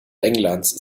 englands